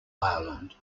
ireland